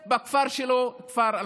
ועל כך אני רוצה להגיד לך,